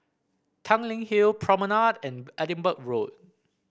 Tanglin Hill Promenade and Edinburgh Road